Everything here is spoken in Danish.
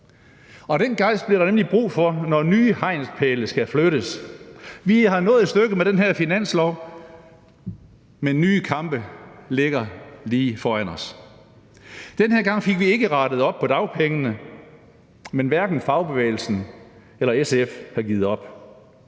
Den gejst bliver der nemlig brug for, når nye hegnspæle skal flyttes. Vi er nået et stykke med den her finanslov, men nye kampe ligger lige foran os. Den her gang fik vi ikke rettet op på dagpengene, men hverken fagbevægelsen eller SF har givet op.